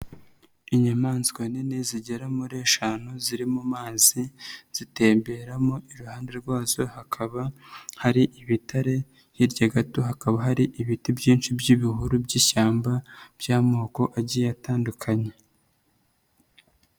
Inyamaswa nini zigera muri eshanu ziri mu mazi, zitemberamo iruhande rwazo hakaba hari ibitare, hirya gato hakaba hari ibiti byinshi by'ibihuru by'ishyamba by'amoko agiye atandukanye.